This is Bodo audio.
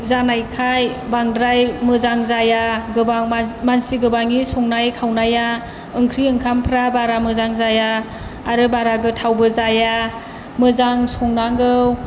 जानायखाय बांद्राय मोजां जाया गोबां मानसि गोबांनि संनाय खावनाया ओंख्रि ओंखामफ्रा बारा मोजां जाया आरो बारा गोथावबो जाया मोजां संनांगौ